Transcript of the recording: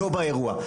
לא באירוע,